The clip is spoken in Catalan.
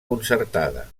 concertada